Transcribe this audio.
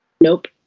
Nope